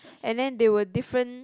and then there were different